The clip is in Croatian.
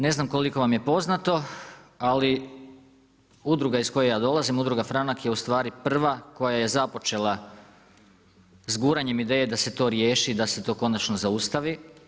Ne znam koliko vam je poznato, ali udruga iz koje ja dolazim, Udruga franak je ustvari prva koja je započela s guranjem ideje da se to riješi da se to konačno zaustavi.